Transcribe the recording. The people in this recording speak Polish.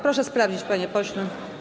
Proszę sprawdzić, panie pośle.